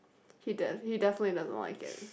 he didn't he definitely doesn't like that